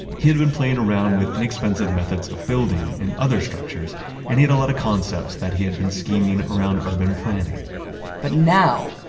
he had been playing around with inexpensive methods of building and other structures and he had a lot of concepts, that he had been scheming around urban planning but now,